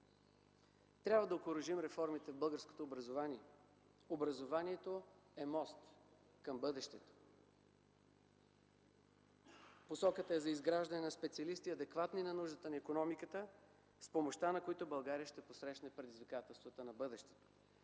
Трябва да окуражим реформите в българското образование. Образованието е мост към бъдещето. Посоката е за изграждане на специалисти, адекватни за нуждите на икономиката, с помощта на които България ще посрещне предизвикателствата на бъдещето.